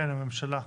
כן, הממשלה?